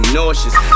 nauseous